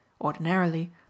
Ordinarily